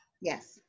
Yes